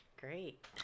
Great